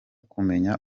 kumenya